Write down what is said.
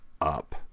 up